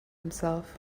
himself